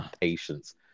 Patience